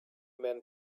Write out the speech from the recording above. men